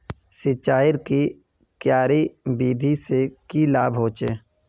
सिंचाईर की क्यारी विधि से की लाभ होचे?